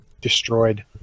destroyed